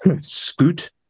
Scoot